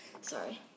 Sorry